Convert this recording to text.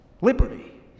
liberty